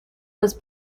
was